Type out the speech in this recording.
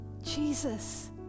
Jesus